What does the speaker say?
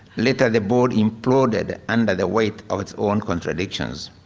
later, the board imploded under the weight of its own contradictions.